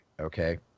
okay